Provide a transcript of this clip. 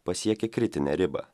pasiekė kritinę ribą